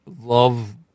love